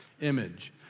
image